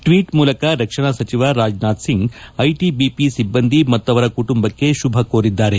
ಟ್ನೀಟ್ ಮೂಲಕ ರಕ್ಷಣಾ ಸಚಿವ ರಾಜನಾಥ್ ಸಿಂಗ್ ಐಟಿಬಿಪಿ ಸಿಬ್ಲಂದಿ ಮತ್ತವರ ಕುಟುಂಬಕ್ಷೆ ಶುಭ ಕೋರಿದ್ದಾರೆ